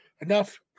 enough